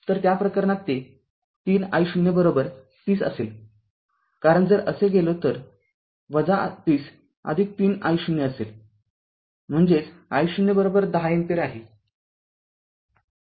तर त्या प्रकरणात ते ३ i0३०असेल कारण जर असे गेलो तर ३०३ i0 असेल म्हणजेच i0१० अँपिअर आहे